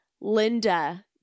Linda